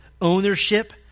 ownership